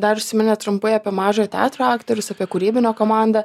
dar užsiminėt trumpai apie mažojo teatro aktorius apie kūrybinę komandą